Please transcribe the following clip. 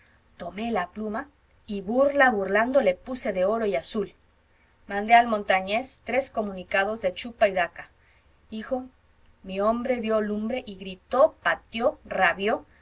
tomé la pluma y burla burlando le puse de oro y azul mandé a el montañés tres comunicados de chupa y daca hijo mi hombre vio lumbre y gritó pateó rabió